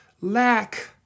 lack